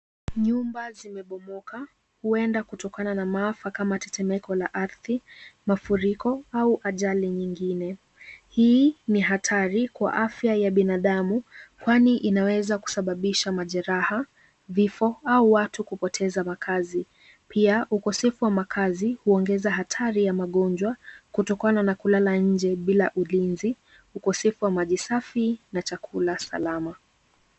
Nyumba zimebomoka huenda kutokana na maafa kama tetemeko la ardhi, mafuriko au ajali nyingine. Hii ni hatari kwa afya ya binadamu kwani inaweza kusababisha majeraha, vifo au watu kupoteza makaazi. Pia ukosefu wa makaazi huongeza hatari ya magonjwa kutokana na kulala nje bila ulinzi, ukosefu wa maji safi na chakula salama.